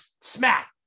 smack